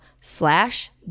slash